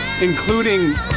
including